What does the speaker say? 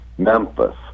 memphis